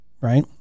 Right